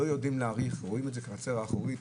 לא יודעים להעריך, רואים את זה כחצר האחורית.